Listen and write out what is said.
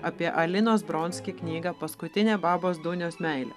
apie alinos bronski knygą paskutinė babos dunijos meilė